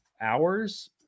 hours